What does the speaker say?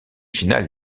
finale